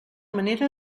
manera